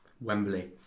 Wembley